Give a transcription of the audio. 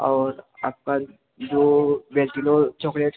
और आपका जो वेनिटेबल चॉकलेट्स